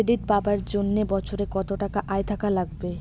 Credit পাবার জন্যে বছরে কত টাকা আয় থাকা লাগবে?